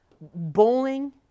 bowling